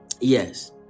Yes